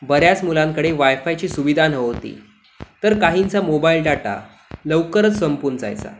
बऱ्याच मुलांकडे वायफायची सुविधा नव्हती तर काहींचा मोबाईल डाटा लवकरच संपून जायचा